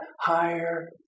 higher